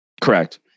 Correct